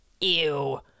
ew